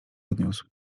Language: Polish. odniósł